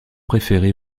préféré